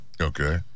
Okay